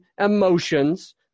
emotions